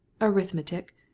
Arithmetic